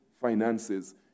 finances